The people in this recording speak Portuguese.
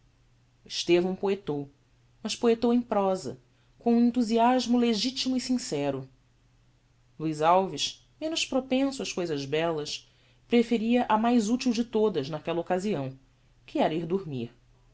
estevão poetou mas poetou em prosa com um enthusiasmo legitimo e sincero luiz alves menos propenso ás cousas bellas preferia a mais util de todas naquella occasião que era ir dormir